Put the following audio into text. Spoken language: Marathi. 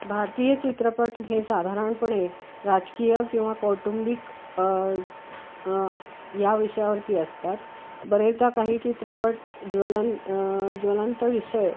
भारतीय चित्रपट हे साधारणपणे राजकीय किंवा कौटुंबिक अस ह्या विषयावरती असतात बरेचदा काही चित्रपट ज्वलं ज्वलंत विषय